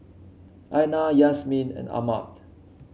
Aina Yasmin and Ahmad